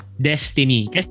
Destiny